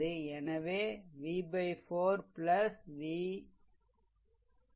எனவே v 4 v2 6